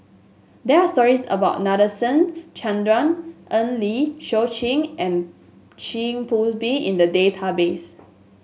there are stories about Nadasen Chandra Eng Lee Seok Chee and Chin Poon Bee in the database